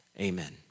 Amen